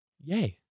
Yay